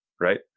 right